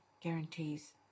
guarantees